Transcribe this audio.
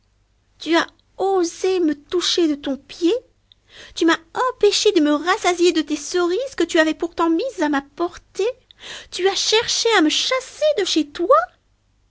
tu as osé me toucher de ton pied tu m'as empêché de me rassasier de tes cerises que tu avais pourtant mises à ma portée tu as cherché à me chasser de chez toi